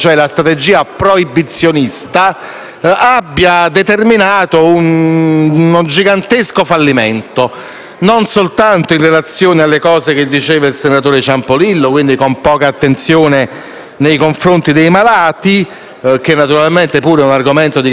abbia determinato un gigantesco fallimento, non soltanto in relazione a ciò che diceva il senatore Ciampolillo, quindi con riferimento alla poca attenzione nei confronti dei malati, argomento che pure è di grande importanza e di grande centralità,